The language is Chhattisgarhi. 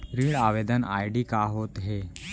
ऋण आवेदन आई.डी का होत हे?